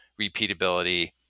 repeatability